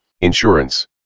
Insurance